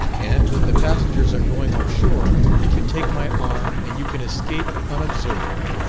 and, when the passengers are going on shore, you can take my arm, and you can escape unobserved.